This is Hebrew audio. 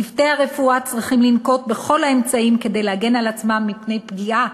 צוותי הרפואה צריכים לנקוט את כל האמצעים כדי להגן על עצמם מפני פגיעה